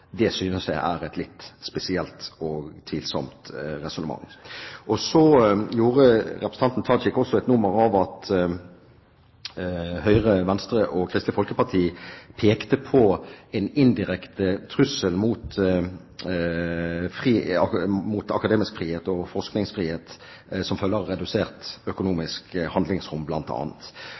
synes jeg er et litt spesielt og tvilsomt resonnement. Så gjorde representanten Tajik også et nummer av at Høyre, Venstre og Kristelig Folkeparti pekte på en indirekte trussel mot akademisk frihet og forskningsfrihet som følge av redusert økonomisk handlingsrom,